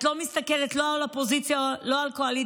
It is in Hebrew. את לא מסתכלת לא על אופוזיציה ולא על קואליציה,